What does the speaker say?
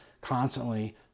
constantly